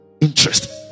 interest